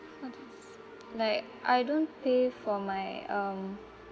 how to say like I don't pay for my um